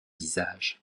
visage